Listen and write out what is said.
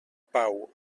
pau